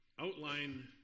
outline